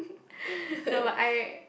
no I